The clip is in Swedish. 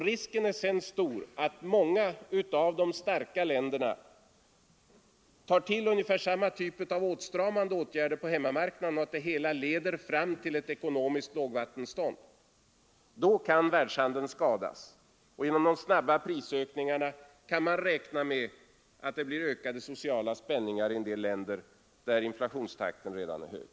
Risken är sedan stor att många av de starka länderna vidtar ungefär samma typ av åtstramande åtgärder på hemmamarknaden — och att det hela leder fram till ett ekonomiskt lågvattenstånd. Då kan världshandeln skadas, och man får räkna med att det genom de snabba prisökningarna blir ökade sociala spänningar i en del länder, där inflationstakten redan är hög.